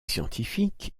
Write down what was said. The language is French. scientifiques